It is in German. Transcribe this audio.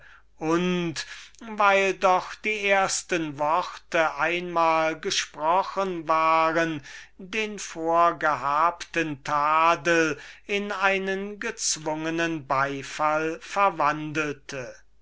und weil doch die ersten worte nun einmal gesagt waren den vorgehabten tadel in einen gezwungenen beifall verwandelten